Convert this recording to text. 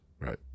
Right